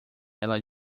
ela